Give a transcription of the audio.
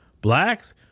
blacks